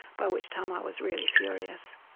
by which time i was really furious.